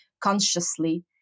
consciously